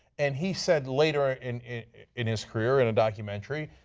and he said later in in his career in a documentary,